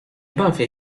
bawię